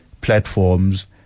platforms